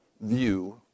view